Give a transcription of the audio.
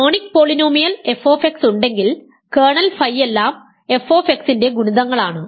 ഒരു monic polynomial f ഉണ്ടെങ്കിൽ kernel ഫൈയെല്ലാം f ന്റെ ഗുണിതങ്ങളാണ്